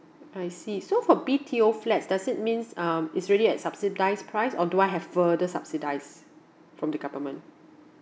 I see so for B_T_O flats does it means um is really at subsidise price or do I have further subsidise from the government